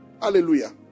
Hallelujah